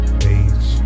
page